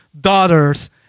daughters